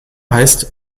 heißt